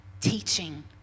teaching